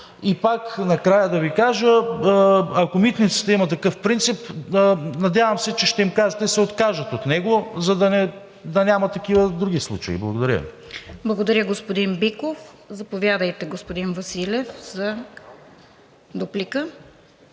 И пак накрая да Ви кажа, ако „Митниците“ имат такъв принцип, надявам се, че ще им кажете да се откажат от него, за да няма такива други случаи. Благодаря Ви. ПРЕДСЕДАТЕЛ РОСИЦА КИРОВА: Благодаря, господин Биков. Заповядайте, господин Василев, за дуплика.